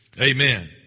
Amen